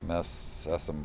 mes esam